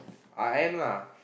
I am lah